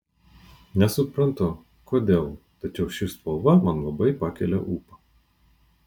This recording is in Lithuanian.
nesuprantu kodėl tačiau ši spalva man labai pakelia ūpą